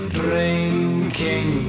drinking